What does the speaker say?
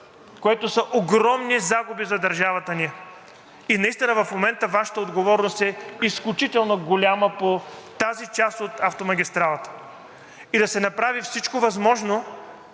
което са огромни загуби за държавата ни, и наистина в момента Вашата отговорност е изключително голяма по тази част от автомагистралата. Да се направи всичко възможно